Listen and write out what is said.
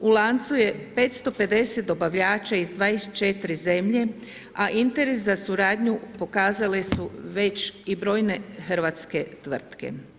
U lancu je 550 dobavljača iz 24 zemlje, a interes za suradnju pokazale su već i brojne hrvatske tvrtke.